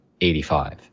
85